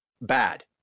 bad